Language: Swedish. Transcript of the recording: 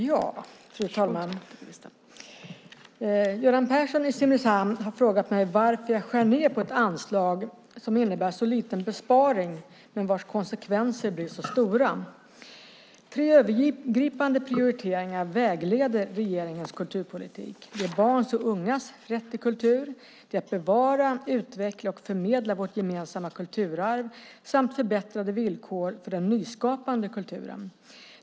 Fru talman! Göran Persson i Simrishamn har frågat mig varför jag skär ned på ett anslag som innebär så liten besparing men vars konsekvenser blir så stora. Tre övergripande prioriteringar vägleder regeringens kulturpolitik. Det är barns och ungas rätt till kultur, det är att bevara, utveckla och förmedla vårt gemensamma kulturarv samt förbättrade villkor för den nyskapande kulturen.